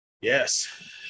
Yes